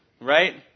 Right